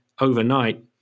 overnight